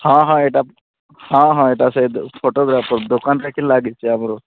ହଁ ହଁ ଏଇଟା ହଁ ହଁ ଏଇଟା ସେଇ ଫଟୋଗ୍ରାଫର୍ ଦୋକାନ ପାଖରେ ଲାଗିଛି ଆମର